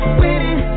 winning